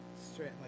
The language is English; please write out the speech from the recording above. straight